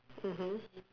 mmhmm